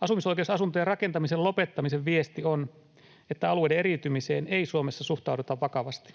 Asumisoikeusasuntojen rakentamisen lopettamisen viesti on, että alueiden eriytymiseen ei Suomessa suhtaudutaan vakavasti.